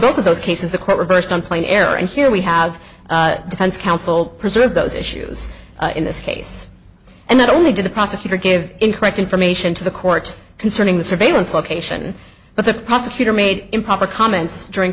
both of those cases the court reversed on plain error and here we have defense counsel preserve those issues in this case and not only did the prosecutor give incorrect information to the court concerning the surveillance location but the prosecutor made improper comments durin